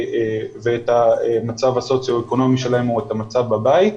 ואת המצב הסוציו אקונומי שלהם או את המצב בבית.